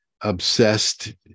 obsessed